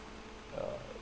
uh